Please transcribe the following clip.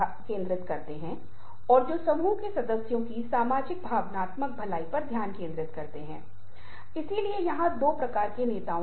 सीखना और व्यवहार एक दूसरे से जुड़े हुए हैं और सीखना व्यवहार में बहुत महत्वपूर्ण भूमिका निभाता है